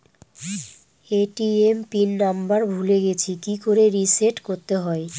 ATM PIN number ভুলে গেছি কি করে রিসেট করতে হয়?